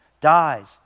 dies